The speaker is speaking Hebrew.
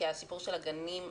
כי הסיפור של הגנים,